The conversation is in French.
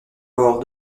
bord